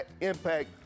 impact